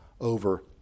over